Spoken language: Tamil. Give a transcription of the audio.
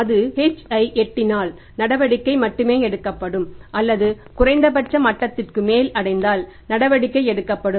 அது h ஐ எட்டினால் நடவடிக்கை மட்டுமே எடுக்கப்படும் அல்லது குறைந்தபட்ச மட்டத்திற்கு மேல் அடைந்தால் நடவடிக்கை எடுக்கப்படும்